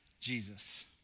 Jesus